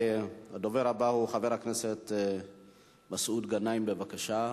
הדובר הבא הוא חבר הכנסת מסעוד גנאים, בבקשה.